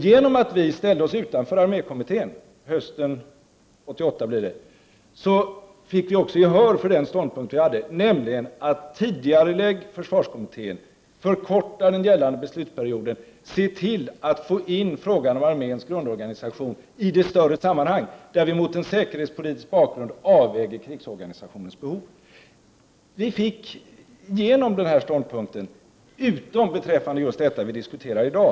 Genom att vi hösten 1988 ställde oss utanför armékommittén fick vi också gehör för den ståndpunkt vi hade, nämligen: Tidigarelägg försvarskommittén, förkorta den gällande beslutsprocessen, se till att få in frågan om arméns grundorganisation i det sammanhang där vi mot en säkerhetspolitisk bakgrund avväger krigsorganisationens behov. Vi fick igenom den ståndpunkten, utom beträffande just det vi diskuterar i dag.